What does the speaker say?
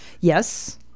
Yes